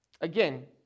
Again